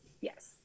Yes